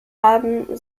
haben